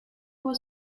was